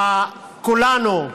כולנו,